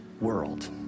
world